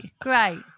great